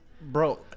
bro